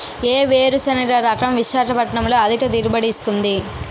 ఏ వేరుసెనగ రకం విశాఖపట్నం లో అధిక దిగుబడి ఇస్తుంది?